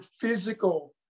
physical